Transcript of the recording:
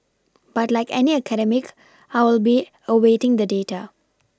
but like any academic I will be awaiting the data